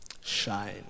Shine